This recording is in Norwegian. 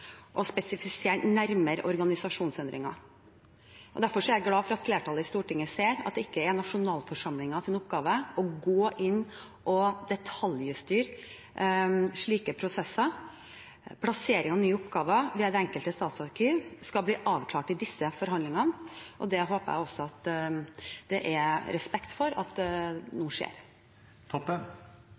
og det vil være opp til etaten, altså Riksarkivaren, også etter reglene om medbestemmelse, å spesifisere organisasjonsendringene nærmere. Derfor er jeg glad for at flertallet i Stortinget ser at det ikke er nasjonalforsamlingens oppgave å gå inn og detaljstyre slike prosesser. Plassering av nye oppgaver ved det enkelte statsarkiv skal bli avklart i disse forhandlingene. Det håper jeg at det er respekt